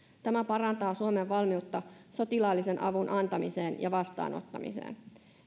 tämä parantaa suomen valmiutta sotilaallisen avun antamiseen ja vastaanottamiseen